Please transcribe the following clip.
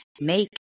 make